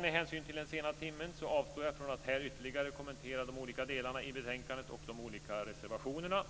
Med hänsyn till den sena timmen avstår jag från att här ytterligare kommentera de olika delarna i betänkandet och de olika reservationerna.